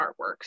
artworks